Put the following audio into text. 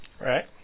right